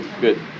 good